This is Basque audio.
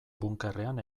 bunkerrean